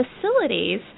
facilities